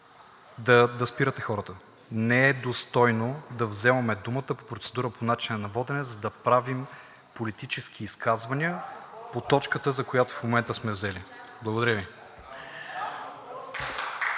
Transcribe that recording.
да спирате хората. Не е достойно да взимаме думата по процедура „по начина на водене“, за да правим политически изказвания по точката, за която в момента сме взели. Благодаря Ви.